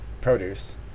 produce